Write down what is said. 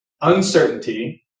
Uncertainty